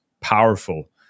powerful